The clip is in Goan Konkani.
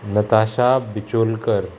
नताशा बिचोलकर